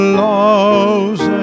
love's